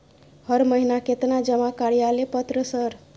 हर महीना केतना जमा कार्यालय पत्र सर?